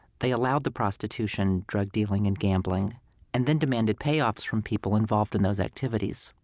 they allowed the prostitution, drug-dealing, and gambling and then demanded payoffs from people involved in those activities.